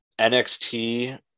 NXT